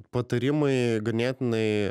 patarimai ganėtinai